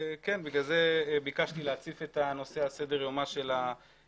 בגלל זה ביקשתי להציף את הנושא על סדר יומה של הוועדה